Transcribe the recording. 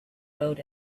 road